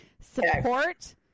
Support